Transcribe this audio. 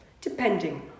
depending